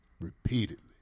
repeatedly